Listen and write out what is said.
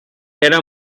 era